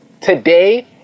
today